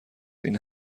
این